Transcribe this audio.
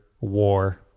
war